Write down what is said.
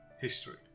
history